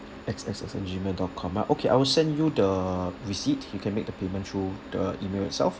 X X X at gmail dot com ah okay I will send you the receipt you can make the payment through the email itself